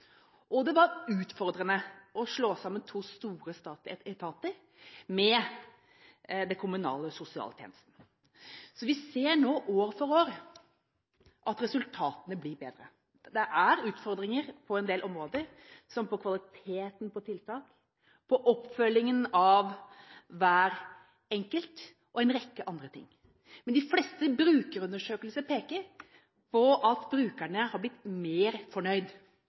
og det var utfordrende å slå sammen to store statlige etater med den kommunale sosialtjenesten. Vi ser nå år for år at resultatene blir bedre. Det er utfordringer på en del områder, på kvaliteten på tiltak, på oppfølgingen av hver enkelt og en rekke andre ting, men de fleste brukerundersøkelser peker på at brukerne har blitt mer fornøyd.